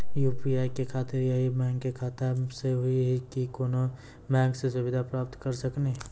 UPI के खातिर यही बैंक के खाता से हुई की कोनो बैंक से सुविधा प्राप्त करऽ सकनी?